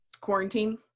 quarantine